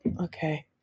Okay